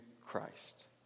Christ